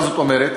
מה זאת אומרת?